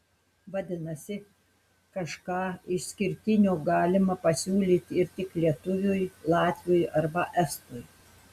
vadinasi kažką išskirtinio galima pasiūlyti ir tik lietuviui latviui arba estui